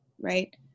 right